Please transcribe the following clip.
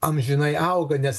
amžinai auga nes